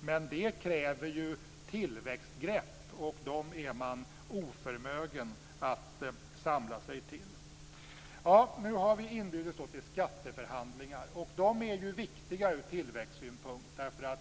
Men det kräver tillväxtgrepp. Det är man oförmögen att samla sig till. Nu har vi inbjudits till skatteförhandlingar. De är från tillväxtsynpunkt viktiga.